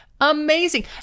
Amazing